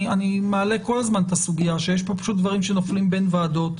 אני מעלה כל הזמן את הסוגיה שיש פה דברים שנופלים בין ועדות.